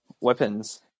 weapons